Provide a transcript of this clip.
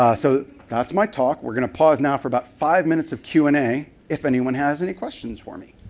ah so that's my talk. we're going to pause now for about five minutes of q and a if anyone has any questions for me.